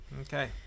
Okay